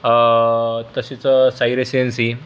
तसेच साई रेसीएलसी